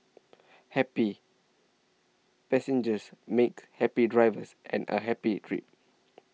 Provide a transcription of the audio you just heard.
happy passengers make happy drivers and a happy trip